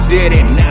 City